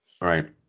Right